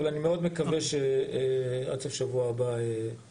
אבל אני מאוד מקווה שעד סוף שבוע הבא תהיה גרסה אחרונה.